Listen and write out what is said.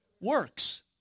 Works